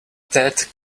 that